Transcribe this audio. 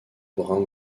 brun